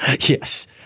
Yes